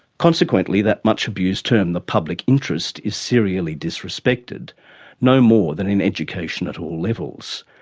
consequently that much abused term the public interest is serially disrespected no more than in education at all levels.